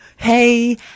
Hey